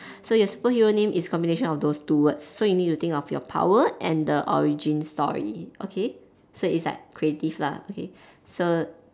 so your superhero name is a combination of those two words so you need to think of your power and the origin story okay so it's like creative lah okay so